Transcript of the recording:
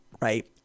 right